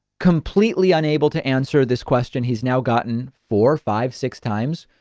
completely unable to answer this question. he's now gotten four, five, six times.